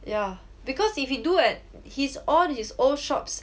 yeah because if he do at his all his all shops